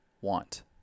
want